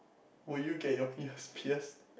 would you get your ears pierced